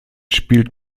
spielt